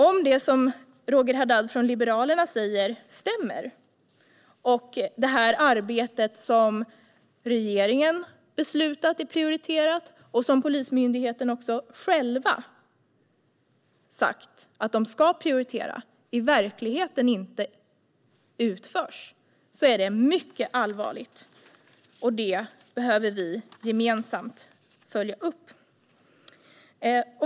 Om det Roger Haddad från Liberalerna säger stämmer, det vill säga att det arbete som regeringen har beslutat är prioriterat, och som Polismyndigheten själva sagt sig ska prioritera, inte utförs i verkligheten, är det mycket allvarligt. Det behöver vi gemensamt följa upp.